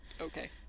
Okay